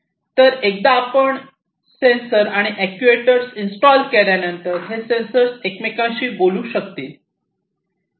तर एकदा आपण सेन्सर्स आणि अॅक्ट्युएटर्स इंस्टॉल केल्यानंतर हे सेन्सर्स एकमेकांशी बोलू शकतील